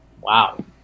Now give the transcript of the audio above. Wow